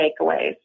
takeaways